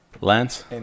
Lance